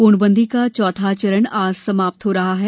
पूर्णबंदी का चौथा चरण आज समाप्त हो रहा है